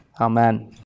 Amen